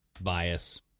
bias